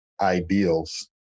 ideals